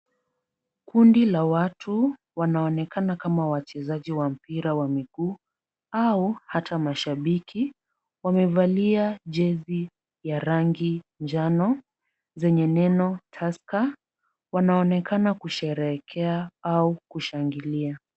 Kundi la watu wanaonekana kama wachezaji wa mpira wa miguu au hata mashabiki, wamevalia jezi ya rangi njano zenye neno Tusker. Wanaonekana kusherekea au kushangilia.